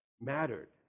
mattered